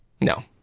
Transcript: No